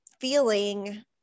feeling –